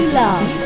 love